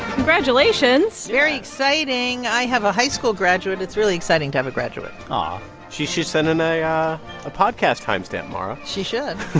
congratulations very exciting. i have a high school graduate. it's really exciting to have a graduate she should send in ah a podcast time stamp, mara she should